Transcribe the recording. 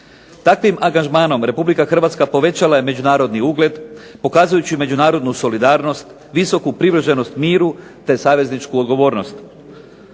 Takvim angažmanom Republika Hrvatska povećala je međunarodni ugled, pokazujući međunarodnu solidarnost, visoku privrženost miru, te savezničku odgovornost.